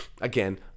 again